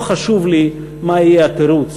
לא חשוב לי מה יהיה התירוץ,